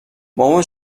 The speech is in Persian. مامان